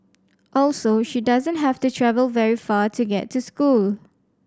also she doesn't have to travel very far to get to school